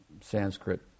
Sanskrit